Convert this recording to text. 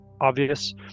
obvious